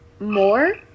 more